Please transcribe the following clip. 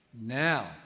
Now